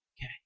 okay